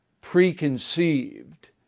preconceived